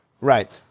Right